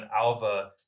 Alva